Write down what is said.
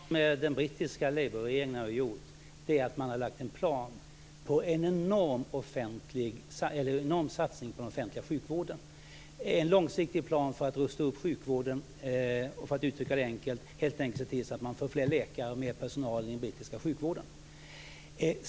Fru talman! Det viktigaste som den brittiska Labourregeringen har gjort är att man har lagt fram en plan för en enorm satsning på den offentliga sjukvården. Det är en långsiktig plan för att rusta upp sjukvården och, för att uttrycka det enkelt, se till att man får fler läkare, mer personal i den brittiska sjukvården.